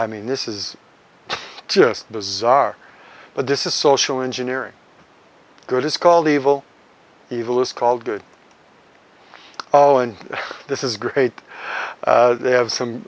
i mean this is just bizarre but this is social engineering good is called evil evil is called good oh and this is great they have some